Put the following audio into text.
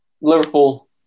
Liverpool